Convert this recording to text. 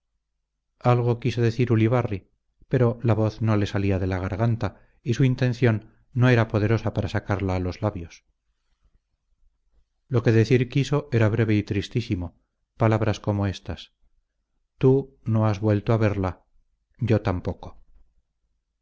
algo quiso decir ulibarri pero la voz no le salía de la garganta y su intención no era poderosa para sacarla a los labios lo que decir quiso era breve y tristísimo palabras como éstas tú no has vuelto a verla yo tampoco